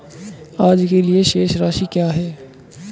आज के लिए शेष राशि क्या है?